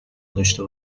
داشته